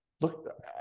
Look